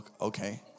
Okay